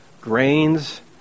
Grains